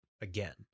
again